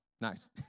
Nice